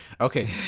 Okay